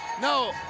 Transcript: No